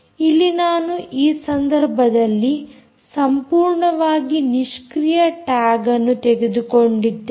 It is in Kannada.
ಇಲ್ಲಿ ನಾನು ಈ ಸಂದರ್ಭದಲ್ಲಿ ಸಂಪೂರ್ಣವಾಗಿ ನಿಷ್ಕ್ರಿಯ ಟ್ಯಾಗ್ ಅನ್ನು ತೆಗೆದುಕೊಂಡಿದ್ದೇನೆ